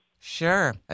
sure